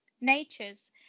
natures